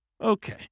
Okay